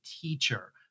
teacher